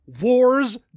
Wars